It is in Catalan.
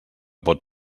pot